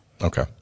Okay